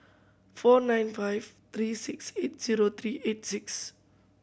four nine five three six eight zero three eight six